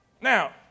Now